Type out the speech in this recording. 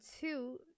two